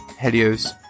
helios